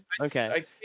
Okay